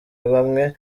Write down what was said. bamwe